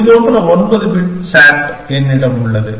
இது போன்ற 9 bit SAT என்னிடம் உள்ளது